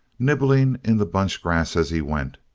nibbling in the bunch-grass as he went,